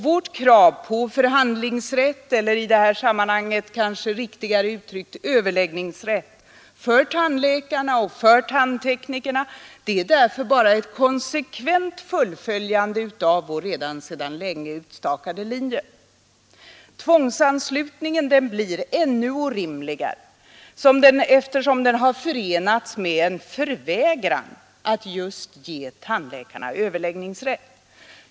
Vårt krav på förhandlingsrätt, eller i det här sammanhanget kanske riktigare uttryckt överläggningsrätt, för tandläkarna och för tandteknikerna är därför bara ett konsekvent fullföljande av vår sedan länge utstakade linje. Tvångsanslutningen blir ännu orimligare eftersom den har förenats med en förvägran att just ge tandläkarna överläggningsrätt.